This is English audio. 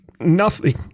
Nothing